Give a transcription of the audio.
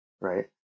right